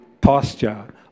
posture